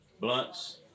Blunts